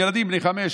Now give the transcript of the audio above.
ילדים בני חמש,